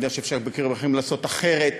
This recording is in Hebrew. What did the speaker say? ואני יודע שאפשר במקרים אחרים לעשות אחרת,